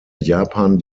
japan